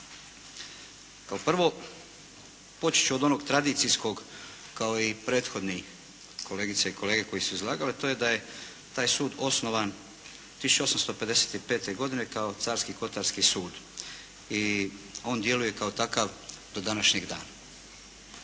Kao prvo, počet ću od onog tradicijskog kao i prethodni kolegice i kolege koji su izlagali, a to je da je taj sud osnovan 1855. godine kao Carski kotarski sud i on djeluje kao takav do današnjeg dana.